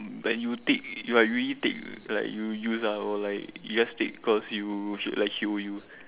but you take like you really take like you use lah or like you just take cause you like she owe you